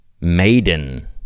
Maiden